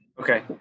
Okay